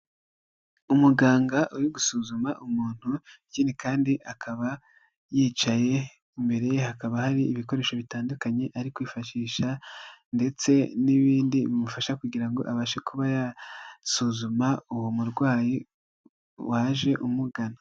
Umuganga uri gusuzuma umuntu. ikindi kandi akaba yicaye imbere ye hakaba hari ibikoresho bitandukanye ari kwifashisha ndetse n'ibindi bimufasha kugira ngo abashe kuba yasuzuma uwo murwayi waje umugana.